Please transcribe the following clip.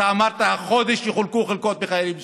אתה אמרת: החודש יחולקו חלקות לחיילים משוחררים.